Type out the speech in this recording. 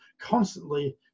constantly